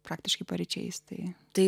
praktiškai paryčiais tai tai